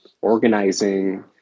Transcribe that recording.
organizing